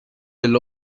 del